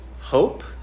hope